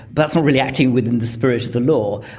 that's not really acting within the spirit of the law.